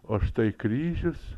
o štai kryžius